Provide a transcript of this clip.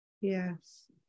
Yes